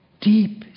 deep